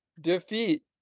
defeat